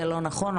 זה לא נכון,